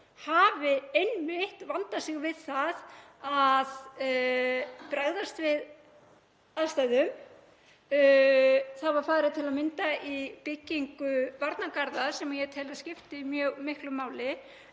hafi einmitt vandað sig við það að bregðast við aðstæðum. Það var til að mynda farið í byggingu varnargarða sem ég tel að skipti mjög miklu máli.